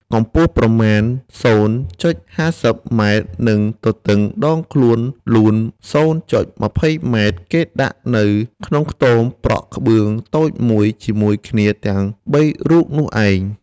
កម្ពស់ប្រមាណ ០.៥០ម និងទទឹងដងខ្លួនលួន ០.២០ម គេដាក់នៅក្នុងខ្ទមប្រក់ក្បឿងតូចមួយ ជាមួយគ្នាទាំង ៣រូបនោះឯង ។